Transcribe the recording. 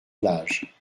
plage